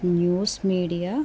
news media